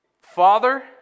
Father